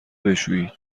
بشویید